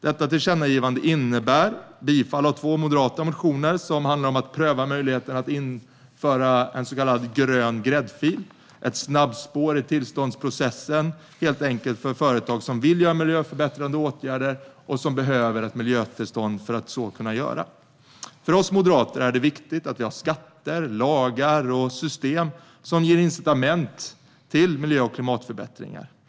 Detta tillkännagivande innebär bifall av två moderata motioner som handlar om att pröva möjligheten att införa en så kallad grön gräddfil - helt enkelt ett snabbspår i tillståndsprocessen för företag som vill vidta miljöförbättrande åtgärder och behöver miljötillstånd för att så kunna göra. För oss moderater är det viktigt att vi har skatter, lagar och system som ger incitament till miljö och klimatförbättringar.